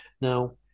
Now